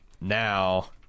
now